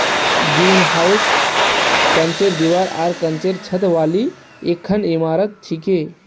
greenhouse कांचेर दीवार आर कांचेर छत वाली एकखन इमारत छिके